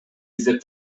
издеп